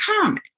common